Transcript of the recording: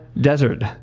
desert